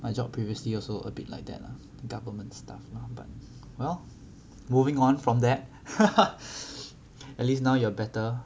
my job previously also a bit like that lah government stuff lah but well moving on from that at least now you're better